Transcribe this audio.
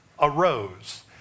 arose